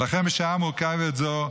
ולכן בשעה מורכבת זו,